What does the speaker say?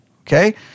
Okay